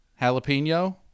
jalapeno